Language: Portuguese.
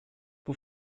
por